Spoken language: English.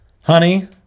honey